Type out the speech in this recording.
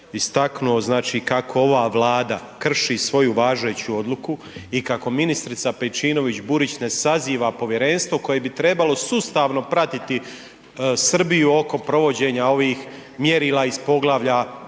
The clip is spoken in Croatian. znači, kako ova Vlada krši svoju važeću odluku i kako ministrica Pejčinović Burić ne saziva povjerenstvo koje bi trebalo sustavno pratiti Srbiju oko provođenja ovih mjerila iz Poglavlja